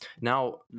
Now